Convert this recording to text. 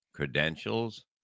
credentials